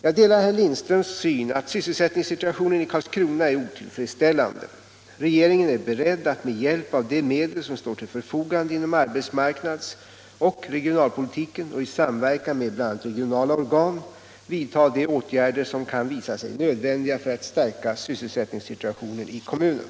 Jag delar herr Lindströms syn att sysselsättningssituationen i Karlskrona är otillfredsställande. Regeringen är beredd att med hjälp av de medel som står till förfogande inom arbetsmarknadsoch regionalpolitiken och i samverkan med bl.a. regionala organ vidta de åtgärder som kan visa sig nödvändiga för att stärka sysselsättningssituationen i kommunen.